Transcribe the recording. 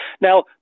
Now